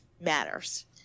matters